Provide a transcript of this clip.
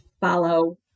follow